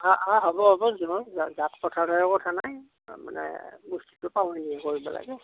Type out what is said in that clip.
অঁ অঁ হ'ব হ'ব কথা নাই কথা নাই মানে বস্তুটো হে কৰিব লাগে